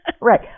Right